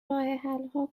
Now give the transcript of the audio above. راهحلها